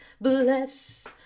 bless